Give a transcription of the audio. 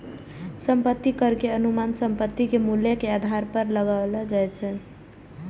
संपत्ति कर के अनुमान संपत्ति के मूल्य के आधार पर लगाओल जाइ छै